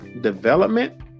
development